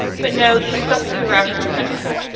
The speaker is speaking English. but no, you stuck to your rational principle.